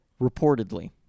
Reportedly